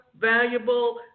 valuable